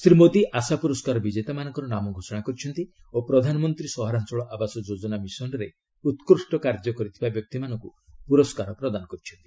ଶ୍ରୀ ମୋଦି ଆଶା ପୁରସ୍କାର ବିଜେତାମାନଙ୍କର ନାମ ଘୋଷଣା କରିଛନ୍ତି ଓ ପ୍ରଧାନମନ୍ତ୍ରୀ ସହରାଞ୍ଚଳ ଆବାସ ଯୋଜନା ମିଶନରେ ଉକ୍ରୁଷ୍ଟ କାର୍ଯ୍ୟ କରିଥିବା ବ୍ୟକ୍ତିମାନଙ୍କୁ ପୁରସ୍କାର ପ୍ରଦାନ କରିଛନ୍ତି